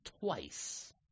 twice